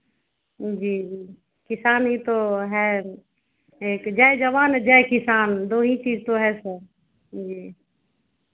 जी जी किसान ही तो है एक जय जवान जय किसान दो ही चीज़ तो है सर जी